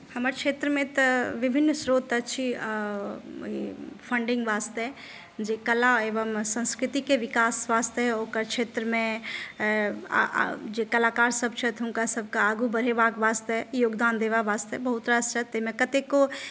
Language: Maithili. हमर क्षेत्रमे तऽ विभिन्न स्रोत अछि फंडिंग वास्ते जे कला एवं संस्कृतिके विकास वास्ते ओकर क्षेत्रमे जे कलाकारसभ छथि हुनकासभके आगू बढ़ेबाक वास्ते योगदान देबा वास्ते बहुत रास छथि ताहिमे कतेको